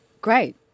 great